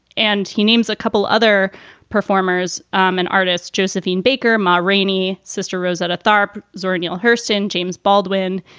and he names a couple other performers um and artists, josephine baker, ma rainey, sister rosetta tharpe, zora neale hurston, james baldwin.